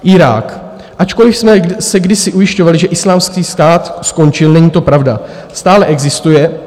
Irák ačkoliv jsme se kdysi ujišťovali, že Islámský stát skončil, není to pravda, stále existuje.